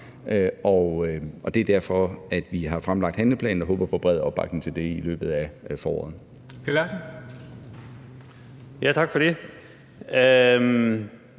Det er derfor, vi har fremlagt handleplanen, og vi håber på bred opbakning til den i løbet af foråret.